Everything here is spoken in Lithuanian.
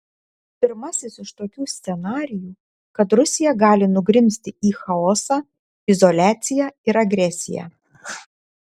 pirmasis iš tokių scenarijų kad rusija gali nugrimzti į chaosą izoliaciją ir agresiją